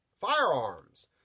firearms